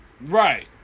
right